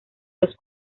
los